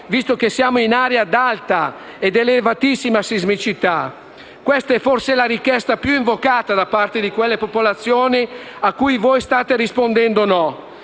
visto che siamo in aree ad alta ed elevatissima sismicità. Questa è forse la richiesta più invocata da parte di quelle popolazioni, a cui voi state rispondendo no.